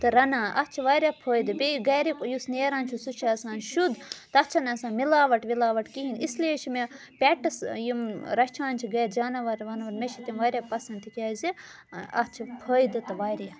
تہٕ رَنان اَتھ چھِ واریاہ فٲیدٕ بیٚیہِ گَریُک یُس نیران چھُ سُہ چھُ آسان شُد تَتھ چھَ نہٕ آسان مِلاوَٹ وِلاوَٹ کِہیٖنٛۍ اِسلیے چھِ مےٚ پیٚٹٕس یِم رَچھان چھِ گَرِ جاناوار واناوار مےٚ چھِ تِم واریاہ پَسَنٛد تِکیٛازِ اَتھ چھِ فٲیدٕ تہِ واریاہ